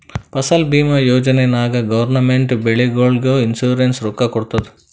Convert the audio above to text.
ಫಸಲ್ ಭೀಮಾ ಯೋಜನಾ ನಾಗ್ ಗೌರ್ಮೆಂಟ್ ಬೆಳಿಗೊಳಿಗ್ ಇನ್ಸೂರೆನ್ಸ್ ರೊಕ್ಕಾ ಕೊಡ್ತುದ್